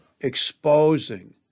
exposing